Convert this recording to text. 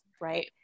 right